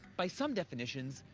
by some definitions,